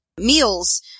meals